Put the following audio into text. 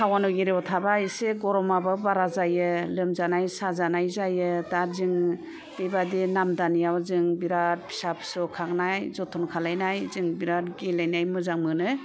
town एरियायाव थाबा एसे गरमाबो बारा जायो लोमजानाय साजानाय जायो दा जों बेबादि नामदानिआव जों बिराद फिसा फिसौ खांनाय जथन खालायनाय जों बिराद गेलेनाय मोजां मोनो